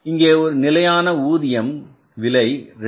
இங்கே நிலையான ஊதியம் விலை 2